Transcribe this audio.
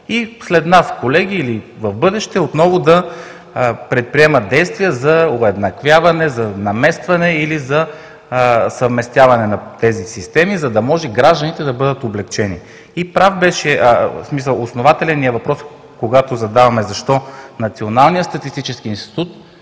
и след нас, колеги, или в бъдеще отново да предприемат действия за уеднаквяване, за наместване или за съвместяване на тези системи, за да може гражданите да бъдат облекчени? Основателен е въпросът, който задаваме: защо Националният статистически институт